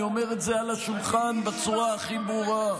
אני שם את זה על השולחן בצורה הכי ברורה.